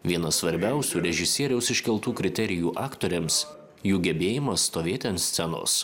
vienas svarbiausių režisieriaus iškeltų kriterijų aktoriams jų gebėjimas stovėti ant scenos